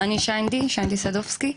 אני שיינדי, שיינדי סדובסקי.